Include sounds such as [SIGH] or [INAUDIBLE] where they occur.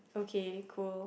[BREATH]